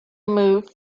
move